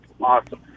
Awesome